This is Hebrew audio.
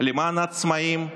למען העצמאים,